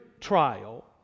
trial